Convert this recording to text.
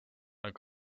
nad